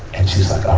and she's like,